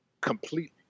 completely